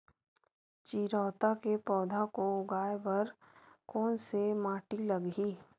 चिरैता के पौधा को उगाए बर कोन से माटी लगही?